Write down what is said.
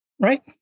Right